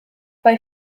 bei